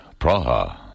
Praha